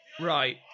Right